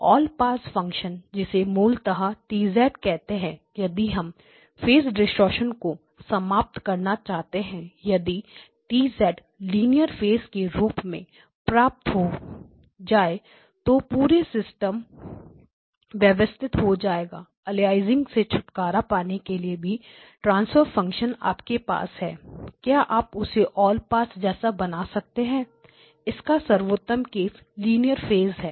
all pass function जिसे मूलतः T कहते हैं यदि हम फेस डिस्टॉर्शन को को समाप्त करना चाहते हैं यदि T लीनियर फेस के रूप में प्राप्त हो जाए तो पूरा सिस्टम व्यवस्थित हो जाएगा अलियासिंग से छुटकारा पाने के लिए भी ट्रांसफर फंक्शन आपके पास है क्या आप उसे ऑल पास जैसा बना सकते हैं इसका सर्वोत्तम केस लीनियर फैज है